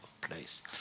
place